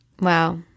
Wow